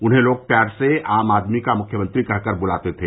उन्हें लोग प्यार से आम आदमी का मुख्यमंत्री कहकर बुलाते थे